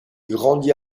grandit